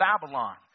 Babylon